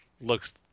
looks